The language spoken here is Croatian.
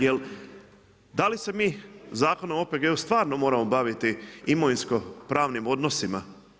Jer da li se mi Zakonom o OPG-u stvarno moramo baviti imovinsko-pravnim odnosima?